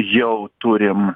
jau turim